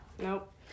Nope